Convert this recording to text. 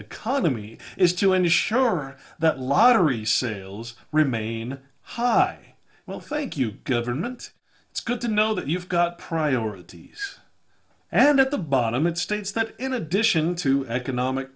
economy is to ensure that lottery sales remain high well thank you government it's good to know that you've got priorities and at the bottom it states that in addition to economic